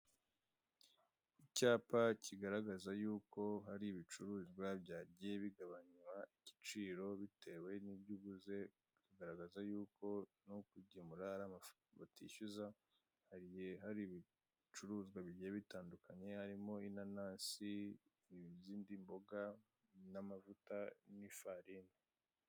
Icyapa kigaragaza y'uko hari ibicuruzwa byagiye bigabanwa igiciro bitewe n'ibyo uguze . Hagiye hari ibicuruzwa bigiye bitandukanye, harimo inanasi, izindi mboga, amavuta n'ifarini.